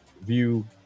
view